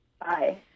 Bye